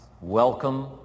welcome